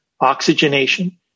oxygenation